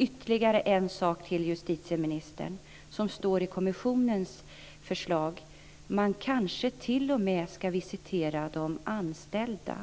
Ytterligare en sak, justitieministern, som står i kommissionens förslag är att man kanske t.o.m. ska visitera de anställda.